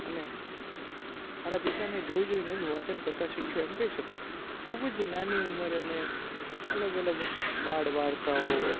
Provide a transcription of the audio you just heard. અને મારા પિતાને જોઈ જોઈને જ હું વાંચન કરતા શીખ્યો એમ કહી શકાય ખૂબ જ નાની ઉંમરે મેં અલગ અલગ બાળ વાર્તાઓ